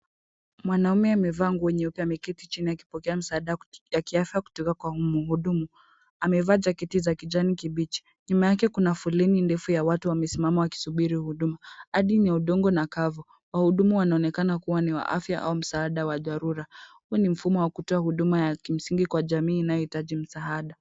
Mwanaume amevaa nguo nyeupe ameketi chini akipokea msaada ya kiafya kutoka kwa mhudumu amevaa jaketi za kijani kibichi nyuma yake kuna foleni ndefu ya watu wamesimama wakisubiri huduma. Ardhi ni ya udongo na kavu. Wahudumu wanaonekana kuwa ni wa afya au msaada wa dharura. Huu ni mfumo wa kutoa huduma ya kimsingi kwa jamii inayohitaji msaada.